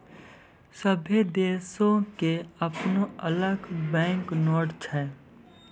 सभ्भे देशो के अपनो अलग बैंक नोट छै